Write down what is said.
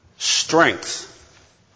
Strength